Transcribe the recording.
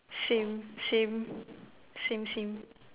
same same same same